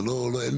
אין